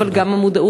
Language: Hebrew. אבל גם המודעות,